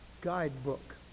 guidebook